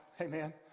Amen